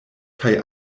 kaj